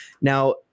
now